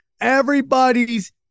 everybody's